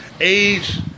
age